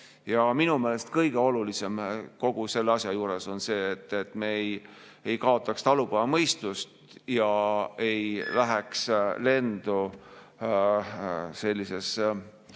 Minu meelest kõige olulisem kogu selle asja juures on see, et me ei kaotaks talupojamõistust ega läheks lendu selles